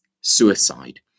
suicide